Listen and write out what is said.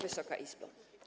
Wysoka Izbo!